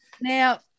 now